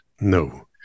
No